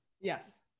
yes